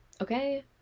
okay